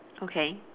okay